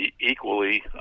Equally